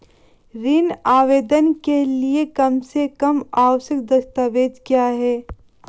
ऋण आवेदन के लिए कम से कम आवश्यक दस्तावेज़ क्या हैं?